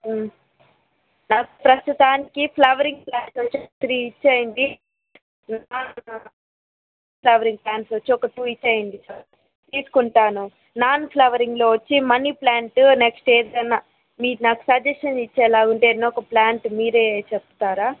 నాకు ప్రస్తుతానికి flowering plant వచ్చి త్రీ ఇవ్వండి నాన్ ఫ్లవరింగ్ ప్లాంట్స్ వచ్చి ఒక టూ ఇవ్వండి చాలు తీసుకుంటాను నాన్ ఫ్లవరింగ్లో వచ్చి మనీ ప్లాంట్ నెక్స్ట్ ఏదన్నా మీరు నాకు సజెషన్ ఇచ్చేలాగ ఉంటే ఏదన్న ఒక ప్లాంట్ మీరే చెప్తారా